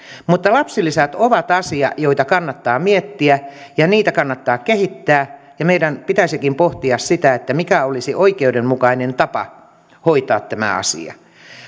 mutta lapsilisät ovat asia jota kannattaa miettiä ja niitä kannattaa kehittää meidän pitäisikin pohtia sitä mikä olisi oikeudenmukainen tapa hoitaa tämä asia